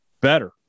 better